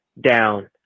down